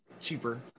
cheaper